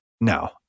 no